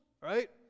Right